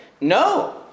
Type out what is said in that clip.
No